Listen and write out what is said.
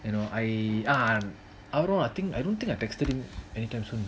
you know I ah I don't know I think I don't think I've texted him any time soon